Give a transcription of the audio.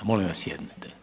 Molim vas sjednite.